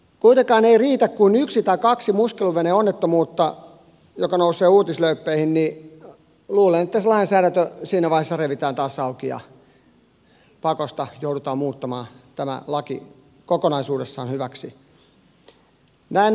kuitenkaan ei riitä kuin yksi tai kaksi muskeliveneonnettomuutta jotka nousevat uutislööppeihin niin luulen että se lainsäädäntö siinä vaiheessa revitään taas auki ja pakosta joudutaan muuttamaan tämä laki kokonaisuudessaan hyväksi